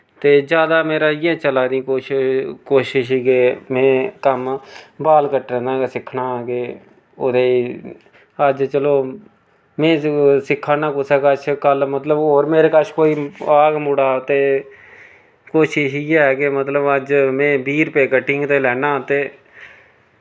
ते जादा मेरा इ'यै चला दी कोशश कोशश के में कम्म बाल कट्टने दा गै सिक्खना के ओह्दे च अज्ज चलो में सिक्खा ना कुसै कच्छ कल मतलब होर मेरे कच्छ कोई औग मुड़ा ते कोशश इ'यै के मतलब अज में बीह् रपेऽ कट्टिंग दे लैन्ना ते